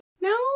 no